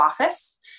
office